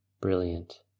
brilliant